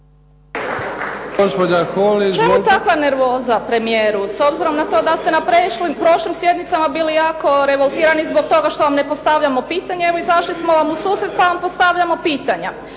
Čemu takva nervoza premijeru s obzirom da ste na prošlim sjednicama bili jako revoltirani zbog toga što vam ne postavljamo pitanja. Evo, izašli smo vam u susret pa vam postavljamo pitanje.